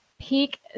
Peak